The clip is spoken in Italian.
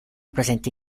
presenti